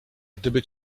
gdyby